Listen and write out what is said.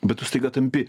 bet tu staiga tampi